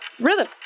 rhythm